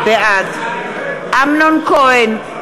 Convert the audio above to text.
בעד אמנון כהן,